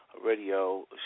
Radio